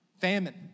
Famine